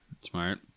Smart